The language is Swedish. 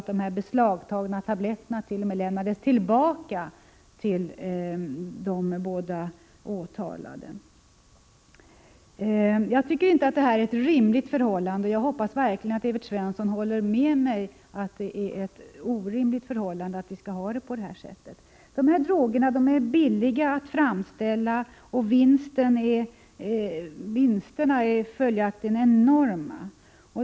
De beslagtagna tabletterna lämnades t.o.m. tillbaka till de båda åtalade. Jag tycker inte att detta är ett rimligt förhållande. Jag hoppas verkligen att Evert Svensson håller med mig om att det är orimligt att vi skall ha det på det här sättet. De här drogerna är billiga att framställa, och vinsterna blir följaktligen enorma.